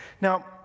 Now